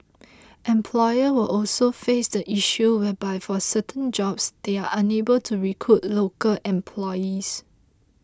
employers will also face the issue whereby for certain jobs they are unable to recruit local employees